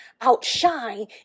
outshine